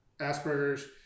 Asperger's